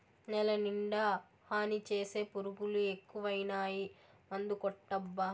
నేలనిండా హాని చేసే పురుగులు ఎక్కువైనాయి మందుకొట్టబ్బా